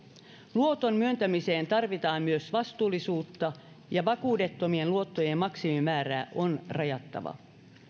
luoton myöntämiseen tarvitaan myös vastuullisuutta ja vakuudettomien luottojen maksimimäärää on rajattava